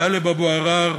טלב אבו עראר,